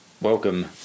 Welcome